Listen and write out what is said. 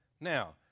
Now